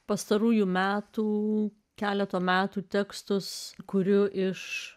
pastarųjų metų keleto metų tekstus kurių iš